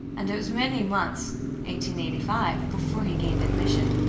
and it was many months before he gained admission.